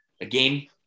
Again